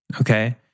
Okay